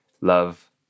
love